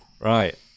right